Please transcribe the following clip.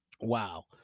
Wow